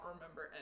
remember